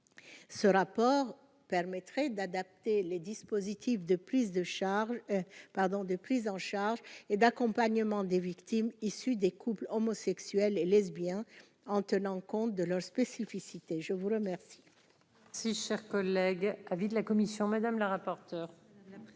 ce rapport permettrait d'adapter les dispositifs de plus de Charles, pardon, de prise en charge et d'accompagnement des victimes issues des couples homosexuels et lesbiens en tenant compte de leurs spécificités, je vous remercie. Si cher collègue, avis de la commission madame la rapporteure. La